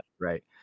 Right